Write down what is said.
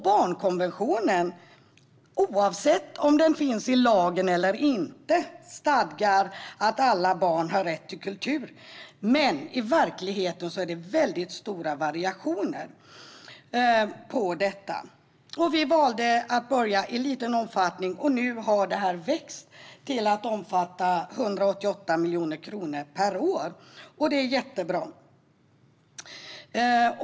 Barnkonventionen, oavsett om den finns i lagen eller inte, stadgar att alla barn har rätt till kultur, men i verkligheten är variationerna väldigt stora. Vi valde att börja i liten omfattning, och nu har detta växt till att omfatta 188 miljoner kronor per år. Det är jättebra!